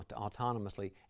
autonomously